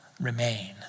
remain